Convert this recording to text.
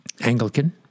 Anglican